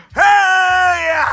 hey